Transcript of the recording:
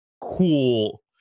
cool